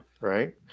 right